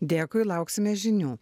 dėkui lauksime žinių